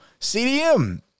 CDM